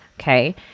okay